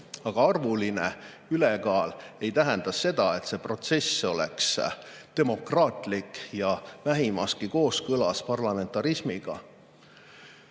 Aga arvuline ülekaal ei tähenda seda, et see protsess on demokraatlik ja vähimaski kooskõlas parlamentarismiga.